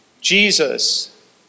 Jesus